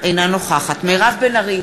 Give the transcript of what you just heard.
אינה נוכחת מירב בן ארי,